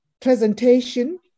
presentation